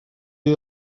you